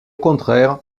contraire